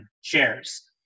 shares